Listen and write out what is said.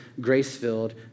grace-filled